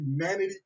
humanity